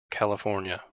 california